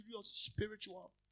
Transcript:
spiritual